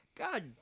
God